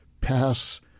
pass